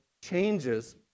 changes